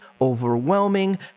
overwhelming